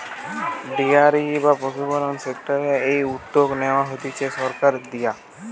dairy বা পশুপালন সেক্টরের এই উদ্যগ নেয়া হতিছে সরকারের দিয়া